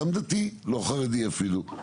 אדם דתי, לא חרדי אפילו.